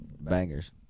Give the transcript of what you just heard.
bangers